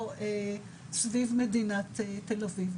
או סביב מדינת תל-אביב.